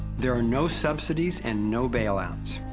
there are no subsidies and no bailouts.